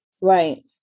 Right